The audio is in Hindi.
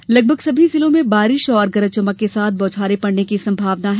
प्रदेश के लगभग सभी जिलों में बारिश और गरज चमक के साथ बौछारें पड़ने की संभावना है